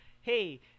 hey